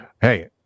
Hey